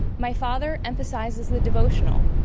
my father emphasizes the devotional,